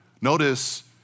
Notice